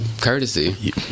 courtesy